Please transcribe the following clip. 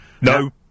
No